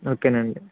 okay అండి